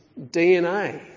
DNA